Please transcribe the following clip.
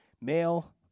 Male